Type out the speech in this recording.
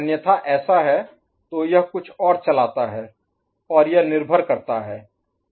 अन्यथा ऐसा है तो यह कुछ और चलाता है और यह निर्भर करता है